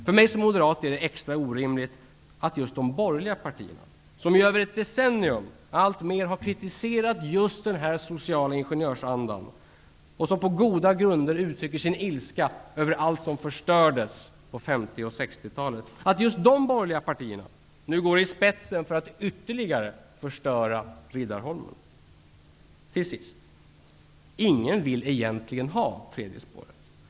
För mig som moderat är det extra orimligt att just de borgerliga partierna -- som i över ett decennium alltmer har kritiserat just denna sociala ingenjörskonst, och som på goda grunder ofta uttrycker sin ilska över allt som förstördes på 50 och 60-talet -- nu går i spetsen för att ytterligare förstöra Riddarholmen. Till sist: Ingen vill egentligen ha tredje spåret.